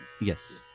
Yes